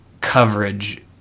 coverage